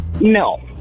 No